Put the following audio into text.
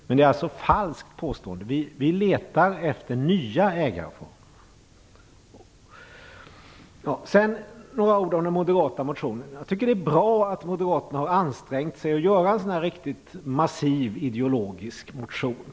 Men detta är ett falskt påstående. Vi letar efter nya ägarformer. Låt mig sedan säga några ord om den moderata motionen. Jag tycker att det bra att moderaterna har ansträngt sig att göra en riktigt massiv ideologisk motion.